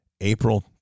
April